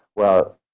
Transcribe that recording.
well,